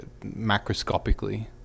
macroscopically